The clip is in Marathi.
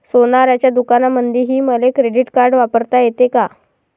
सोनाराच्या दुकानामंधीही मले क्रेडिट कार्ड वापरता येते का?